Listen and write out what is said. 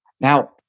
Now